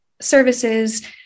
services